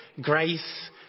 Grace